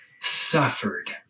suffered